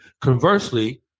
Conversely